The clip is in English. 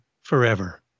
forever